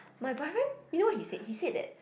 my boyfriend you know he said he said that